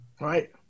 Right